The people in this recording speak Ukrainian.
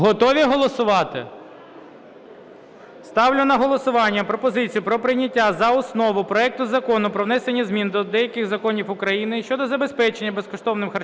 Готові голосувати? Ставлю на голосування пропозицію про прийняття за основу проекту Закону про внесення змін до деяких законів України щодо забезпечення безкоштовним харчуванням